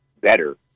better